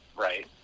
right